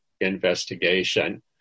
investigation